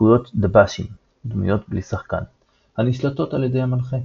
הקרויות דב"שים הנשלטות על ידי המנחה.